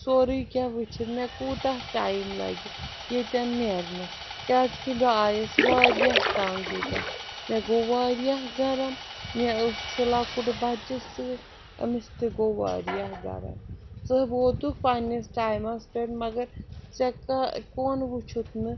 سورٕے کیٚنہہ وٕچھِتھ مےٚ کوٗتاہ ٹایِم لَگہِ ییٚتٮ۪ن نیرنہٕ کیٛازِکہِ بہٕ آیَس واریاہ تنٛگ ییٚتٮ۪ن مےٚ گوٚو واریاہ گرم مےٚ اوس چھُ لۄکُٹ بَچہٕ سۭتۍ أمِس تہِ گوٚو واریاہ گرم ژٕ ووتُکھ پنٛنِس ٹایِمَس پٮ۪ٹھ مگر ژےٚ کا کُن وٕچھُتھ نہٕ